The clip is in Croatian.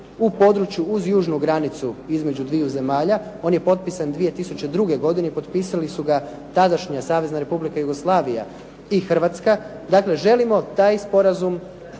u području uz južnu granicu između dviju zemalja. On je potpisan 2002. godine. Potpisali su ga tadašnja Savezna republika Jugoslavija i Hrvatska. Dakle, želimo taj sporazum